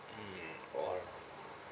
mm or